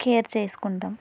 care చేసుకుంటాం